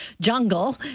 jungle